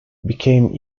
became